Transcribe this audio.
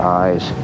eyes